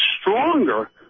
stronger